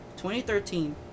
2013